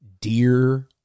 dear